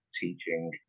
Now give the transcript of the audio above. teaching